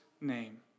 name